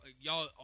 y'all